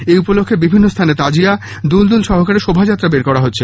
এই উপলক্ষে বিভিন্ন স্হানে তাজিয়া দুলদুল সহকারে শোভাযাত্রা বের করা হচ্ছে